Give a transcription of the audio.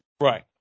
Right